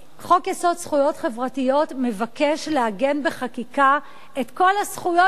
חוק-יסוד: זכויות חברתיות מבקש לעגן בחקיקה את כל הזכויות